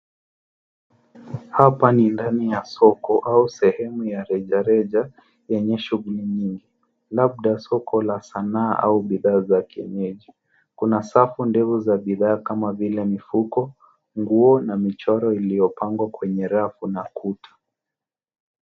Hapa ni ndani ya soko au sehemu ya rejareja yenye shughuli nyingi, labda soko la sanaa au bidhaa za kienyeji. Kuna safu ndefu za bidhaa kama vile mifuko , nguo na michoro iliyopangwa kwenye rafu na kuta.